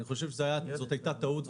אני חושב שזאת הייתה טעות.